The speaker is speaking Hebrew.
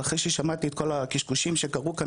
ואני אחרי ששמעתי את כל הקשקושים שקרו כאן